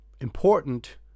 important